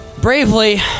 Bravely